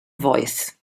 voice